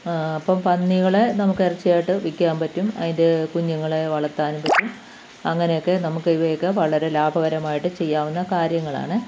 അപ്പം പന്നികൾ നമുക്കിറച്ചിയായിട്ടു വിൽക്കാൻ അതിന്റെ കുഞ്ഞുങ്ങളെ വളർത്താനും പറ്റും അങ്ങനെയൊക്കെ നമുക്കിവയൊക്കെ വളരെ ലാഭകരമായിട്ടു ചെയ്യാവുന്ന കാര്യങ്ങളാണ്